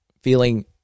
Feeling